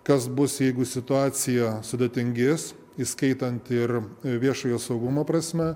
kas bus jeigu situacija sudėtingės įskaitant ir viešojo saugumo prasme